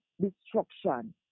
destruction